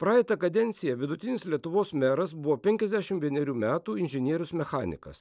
praeitą kadenciją vidutinis lietuvos meras buvo penkiasdešim vienerių metų inžinierius mechanikas